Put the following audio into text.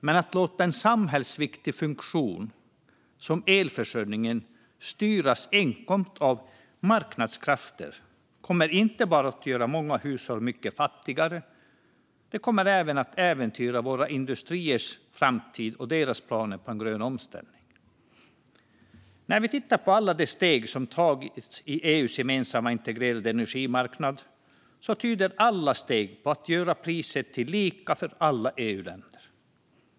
Men att låta en samhällsviktig funktion som elförsörjningen styras enkom av marknadskrafter kommer inte bara att göra många hushåll mycket fattigare. Det kommer även att äventyra våra industriers framtid och deras planer på en grön omställning. När vi tittar på alla de steg som tagits i EU:s gemensamma integrerade energimarknad tyder samtliga på att man vill göra priset lika för alla EUländer.